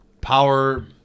power